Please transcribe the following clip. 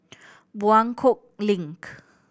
Buangkok Link